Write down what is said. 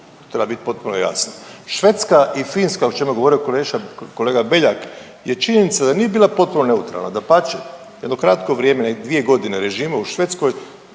treba biti potpuno jasno. Švedska i Finska o čemu je govorio kolega Beljak je činjenica da nije bila potpuno neutralna. Dapače, jedno kratko vrijeme 2 godine režima u Švedskoj